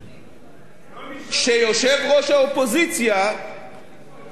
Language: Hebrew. אי-אפשר לשמוע את העברית